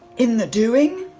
in the doing,